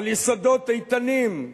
על יסודות איתנים,